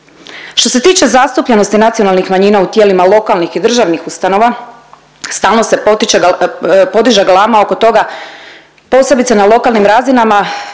Što se tiče zastupljenosti nacionalnih manjina u tijelima lokalnih i državnih ustanova, stalno se potiče, podiže galama oko toga posebice na lokalnim razinama,